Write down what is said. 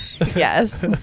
yes